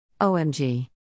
OMG